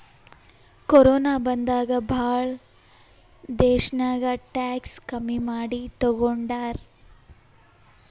corona ಬಂದಾಗ್ ಭಾಳ ದೇಶ್ನಾಗ್ ಟ್ಯಾಕ್ಸ್ ಕಮ್ಮಿ ಮಾಡಿ ತಗೊಂಡಾರ್